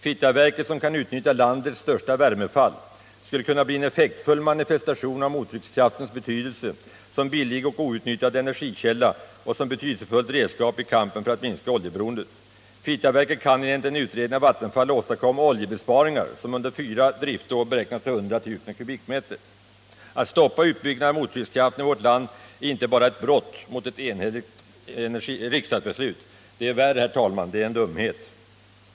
Fittjaverket, som kan utnyttja landets största värmefall, skulle kunna blien effektfull manifestation av mottryckskraftens betydelse som billig och outnyttjad energikälla och som betydelsefullt redskap i kampen för att minska oljeberoendet. Fittjaverket kan enligt en utredning av Vattenfall också åstadkomma oljebesparingar, som under de första fyra driftåren beräknas till 100 000 kubikmeter. Att stoppa utbyggnad av mottryckskraften i vårt land är inte bara ett brott mot ett enhälligt riksdagsbeslut. Det är värre, herr talman — det är en dumhet.